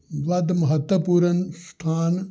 ਵੱਧ ਮਹੱਤਵਪੂਰਨ ਸਥਾਨ